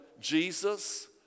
Jesus